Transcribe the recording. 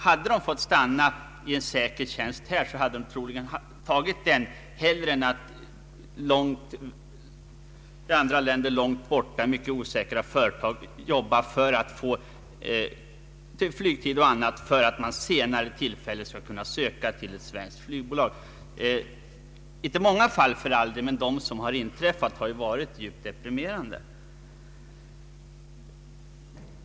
Hade de fått stanna i en säker tjänst här, hade de troligen hellre tagit den än valt att jobba i andra länder långt borta och i mycket osäkra företag för att få flygtid och annat med tanke på att vid senare tillfälle kunna söka till ett svenskt flygbolag. Det finns för all del inte många sådana fall, men de som har inträffat har ibland varit deprimerande.